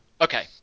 Okay